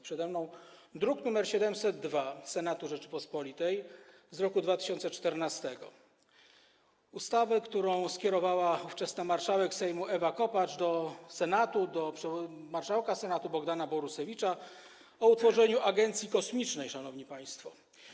Przede mną druk nr 702 Senatu Rzeczypospolitej z roku 2014, ustawa, którą skierowała ówczesna marszałek Sejmu Ewa Kopacz do Senatu, do marszałka Senatu Bogdana Borusewicza, o utworzeniu agencji kosmicznej, szanowni państwo.